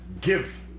Give